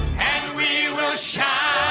and we will shout